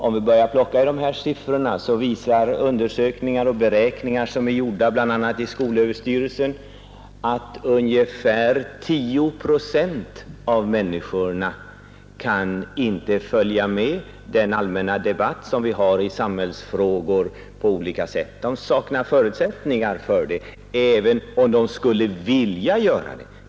Om vi plockar i siffrorna, så ser vi att undersökningar och beräkningar, som är gjorda bl.a. av skolöverstyrelsen, visar att ungefär 10 procent av människorna av olika skäl inte kan följa med den allmänna debatt som vi har i samhällsfrågor. De saknar förutsättningar för det, även om de skulle vilja göra det.